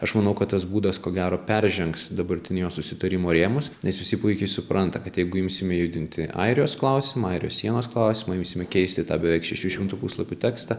aš manau kad tas būdas ko gero peržengs dabartinio susitarimo rėmus nes visi puikiai supranta kad jeigu imsime judinti airijos klausimą ir sienos klausimą imsime keisti tą beveik šešių šimtų puslapių tekstą